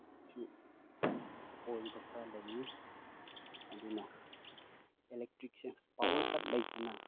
ꯁꯨ ꯑꯣꯏꯕ ꯈꯔ ꯂꯩ ꯑꯗꯨꯅ ꯑꯦꯂꯦꯛꯇ꯭ꯔꯤꯛꯁꯦ ꯄꯥꯋꯔ ꯀꯠ ꯂꯩꯇꯅ